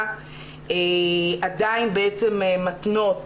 עדיין מתנות